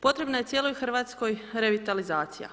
Potrebna je cijeloj Hrvatskoj revitalizacija.